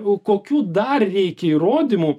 kokių dar reikia įrodymų